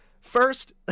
First